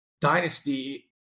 dynasty